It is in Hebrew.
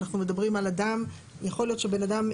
אנחנו מדברים על אדם, יכול להיות שבן אדם,